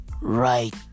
right